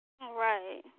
Right